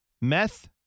meth